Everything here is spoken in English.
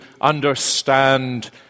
understand